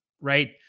right